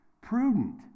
Prudent